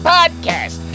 Podcast